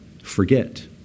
forget